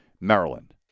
Maryland